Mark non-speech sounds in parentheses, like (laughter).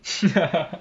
(laughs)